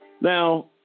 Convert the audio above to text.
Now